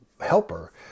helper